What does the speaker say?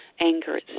anger